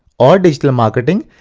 or digital um marketing,